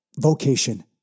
vocation